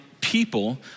people